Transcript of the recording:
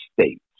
states